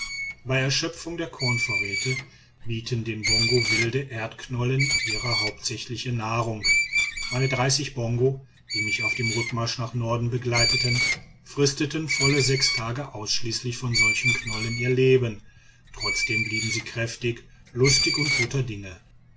bei erschöpfung der kornvorräte bieten den bongo wilde erdknollen ihre hauptsächliche nahrung meine bongo die mich auf dem rückmarsch nach norden begleiteten fristeten volle sechs tage ausschließlich von solchen knollen ihr leben trotzdem blieben sie kräftig lustig und guter dinge